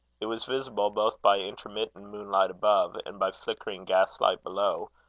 it was visible both by intermittent moonlight above, and by flickering gaslight below,